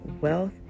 wealth